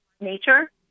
nature